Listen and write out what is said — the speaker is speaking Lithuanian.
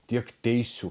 tiek teisių